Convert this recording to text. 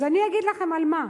אז אני אגיד לכם על מה.